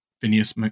Phineas